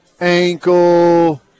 ankle